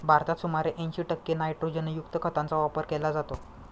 भारतात सुमारे ऐंशी टक्के नायट्रोजनयुक्त खतांचा वापर केला जातो